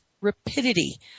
rapidity